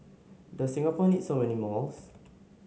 does Singapore need so many malls